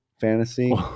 fantasy